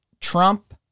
Trump